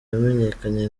yamenyekanye